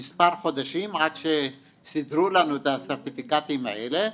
מספר חודשים עד שסידרו לנו את הסרטיפיקטים האלה.